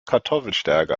kartoffelstärke